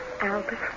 Albert